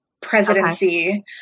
Presidency